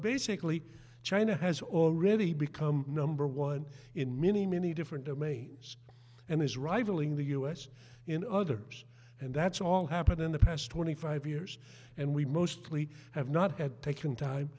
basically china has already become number one in many many different domains and is rivaling the us in others and that's all happened in the past twenty five years and we mostly have not had taken time